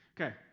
Okay